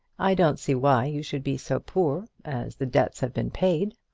i don't see why you should be so poor, as the debts have been paid.